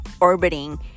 orbiting